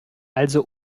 also